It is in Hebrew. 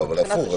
הפוך.